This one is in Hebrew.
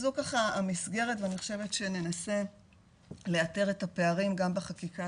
אז זו המסגרת ואני חושבת שננסה לאתר את הפערים גם בחקיקה,